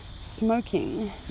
Smoking